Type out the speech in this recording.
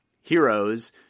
heroes